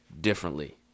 differently